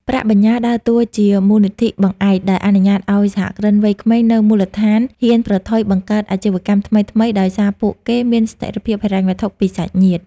ប្រាក់បញ្ញើដើរតួជា "មូលនិធិបង្អែក" ដែលអនុញ្ញាតឱ្យសហគ្រិនវ័យក្មេងនៅមូលដ្ឋានហ៊ានប្រថុយបង្កើតអាជីវកម្មថ្មីៗ ដោយសារពួកគេមានស្ថិរភាពហិរញ្ញវត្ថុពីសាច់ញាតិ។